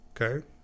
Okay